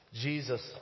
Jesus